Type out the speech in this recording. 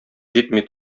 җитми